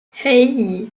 hey